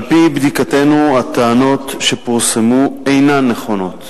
1. על-פי בדיקתנו, הטענות שפורסמו אינן נכונות.